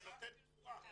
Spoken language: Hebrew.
אני נותן תמורה.